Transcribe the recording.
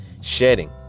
shedding